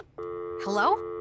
Hello